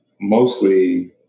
Mostly